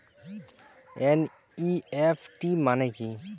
NEFT মনে কি?